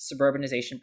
suburbanization